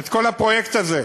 את כל הפרויקט הזה.